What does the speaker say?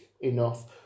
enough